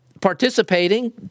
participating